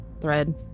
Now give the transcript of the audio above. Thread